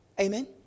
Amen